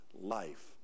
life